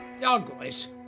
Douglas